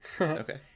Okay